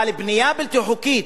אבל בנייה בלתי חוקית,